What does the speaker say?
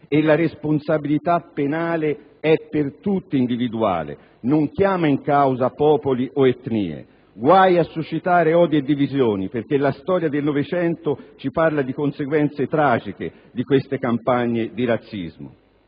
e la responsabilità penale è per tutti individuale, non chiama in causa popoli o etnie. Guai a suscitare odi e divisioni perché la storia del Novecento ci parla di conseguenze tragiche di queste campagne di razzismo.